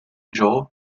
joel